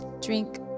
Drink